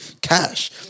cash